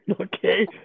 Okay